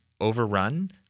overrun